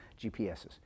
GPSs